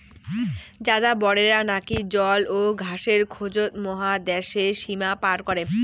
যাযাবরেরা নাকি জল ও ঘাসের খোঁজত মহাদ্যাশের সীমা পার করে